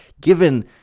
given